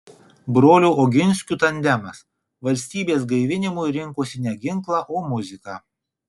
brolių oginskių tandemas valstybės gaivinimui rinkosi ne ginklą o muziką